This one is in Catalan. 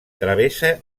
travessa